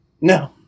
No